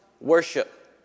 Worship